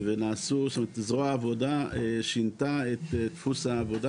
וזרוע העבודה שינתה את דפוס העבודה